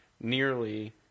nearly